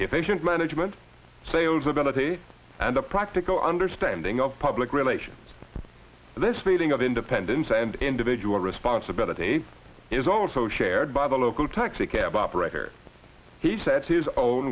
efficient management sales ability and a practical understanding of public relations this feeling of independence and individual responsibility is also shared by the local taxi cab operator he said his own